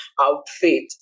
outfit